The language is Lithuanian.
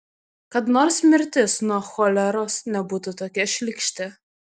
kad nors mirtis nuo choleros nebūtų tokia šlykšti